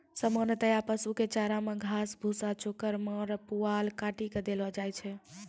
सामान्यतया पशु कॅ चारा मॅ घास, भूसा, चोकर, माड़, पुआल काटी कॅ देलो जाय छै